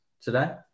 today